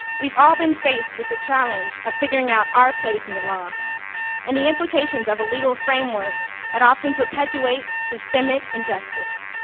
we've all been faced with the challenge of figuring out our place in the law and the implications of a legal framework that often perpetuates systemic injustice,